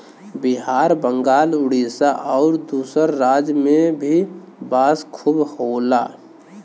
बिहार बंगाल उड़ीसा आउर दूसर राज में में बांस खूब होला